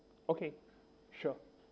okay sure